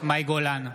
מאי גולן,